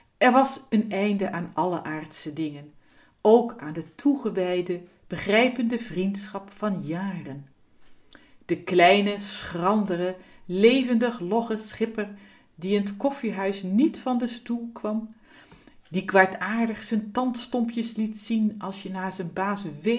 er was een eind aan alle aardsche dingen ook aan de toegewijde begrijpende vriendschap van jaren de kleine schrandere levendig logge schipper die in t koffiehuis niet van den stoel kwam die kwaadaardig z'n tandstompjes liet zien als je naar z'n